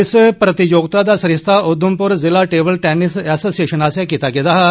इस प्रतियोगिता दा सरिस्ता उघमपुर जिला टेबल टैनिस एसोसिएशन आस्सेआ कीता गेदा हा